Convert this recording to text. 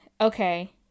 okay